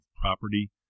property